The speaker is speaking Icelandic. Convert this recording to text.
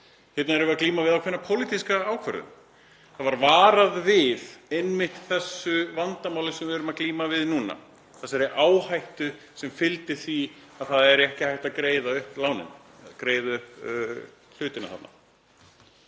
hérna erum við að glíma við ákveðna pólitíska ákvörðun. Það var varað við einmitt þessu vandamáli sem við erum að glíma við núna, þessari áhættu sem fylgdi því að það er ekki hægt að greiða upp lánin, greiða upp hlutina.